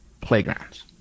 playgrounds